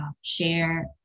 share